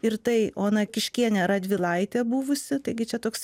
ir tai ona kiškienė radvilaitė buvusi taigi čia toks